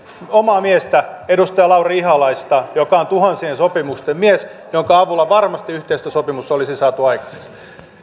omaa miestä edustaja lauri ihalaista joka on tuhansien sopimusten mies ja jonka avulla varmasti yhteistyösopimus olisi saatu aikaiseksi